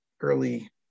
early